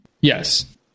Yes